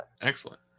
Excellent